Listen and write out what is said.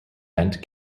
bent